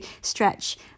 Stretch